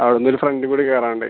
ആ ഒന്നൊരു ഫ്രെണ്ട് കൂടി കയറാനുണ്ട്